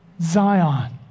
Zion